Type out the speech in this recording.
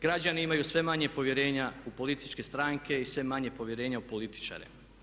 Građani imaju sve manje povjerenja u političke stranke i sve manje povjerenja u političare.